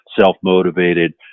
self-motivated